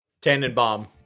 Tannenbaum